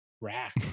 rack